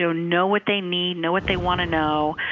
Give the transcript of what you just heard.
know know what they need. know what they want to know.